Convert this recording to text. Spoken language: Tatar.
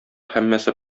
һәммәсе